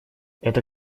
это